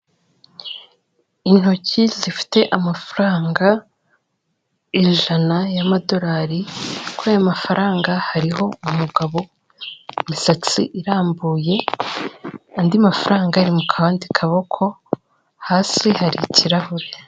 Intoki zifite amafaranga ijana y'amadorari, kuri ayo mafaranga hariho umugabo w'imisatsi irambuye andi mafaranga ari mu kandi kaboko, hasi hari ikirahure.